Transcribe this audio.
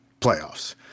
playoffs